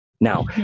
Now